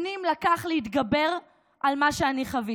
שנים, לקח להתגבר על מה שאני חוויתי.